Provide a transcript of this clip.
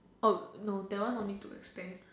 oh no that one don't need to expand